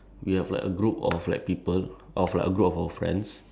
ya because uh when we used to smoke